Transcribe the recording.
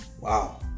Wow